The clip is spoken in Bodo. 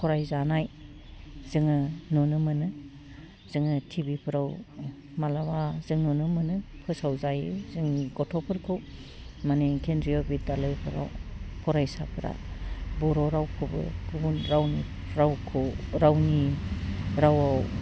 फरायजानाय जोङो नुनो मोनो जोङो टिभिफ्राव मालाबा जों नुनो मोनो फोसाव जायो जों गथ'फोरखौ मानि केन्द्रिय बिधालयफ्राव फरायसाफ्रा बर' रावखौबो गुबुन रावनि रावखौ रावनि रावाव